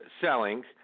selling